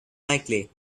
likely